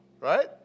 Right